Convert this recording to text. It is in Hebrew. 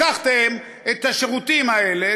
לקחתם את השירותים האלה,